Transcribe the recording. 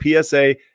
PSA